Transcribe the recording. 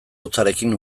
hotzarekin